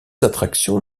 attractions